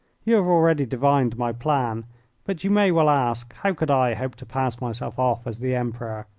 you have already divined my plan but you may well ask how could i hope to pass myself off as the emperor.